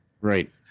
Right